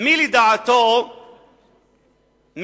מי לדעתו העם